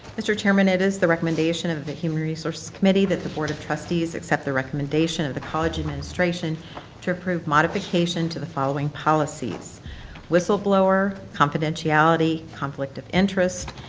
mr. chairman, it is the recommendation of the human resources committee that the board of trustees accept the recommendation of the college administration to approve modification to the following policies whistleblower, confidentiality, conflict of interest,